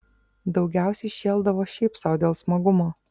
daugiausiai šėldavo šiaip sau dėl smagumo